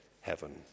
heaven